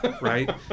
right